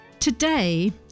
Today